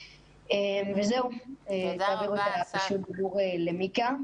זהו, תעבירו את רשות הדיבור למיקה,